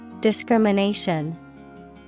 Discrimination